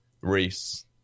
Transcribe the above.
Reese